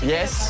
Yes